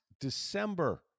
December